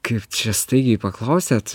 kaip čia staigiai paklausėt